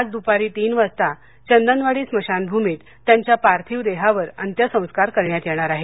आज दुपारी तीन वाजता चंदनवाडी स्मशानभूमीत त्यांच्या पार्थिव देहावर अंत्यसंस्कार करण्यात येणार आहेत